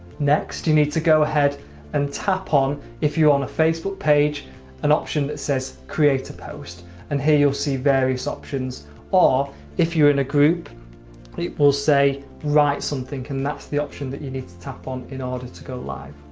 next you need to go ahead and tap on if you're on a facebook page an option that says create a post and here you'll see various options or if you're in a group it will say write something and that's the option that you need to tap on in order to go live.